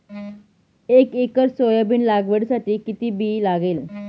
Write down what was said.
एक acre soybean लागवडीसाठी किती बी लागेल?